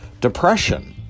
depression